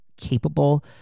capable